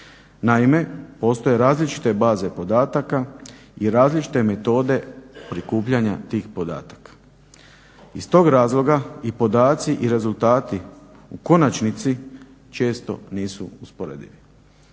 Naime, postoje različite baze podataka i različite metode prikupljanja tih podataka. Iz tog razloga i podaci i rezultati u konačnici često nisu usporedivi.